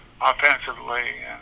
offensively